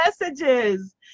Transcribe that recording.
messages